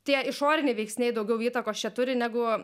tie išoriniai veiksniai daugiau įtakos čia turi negu